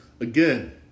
Again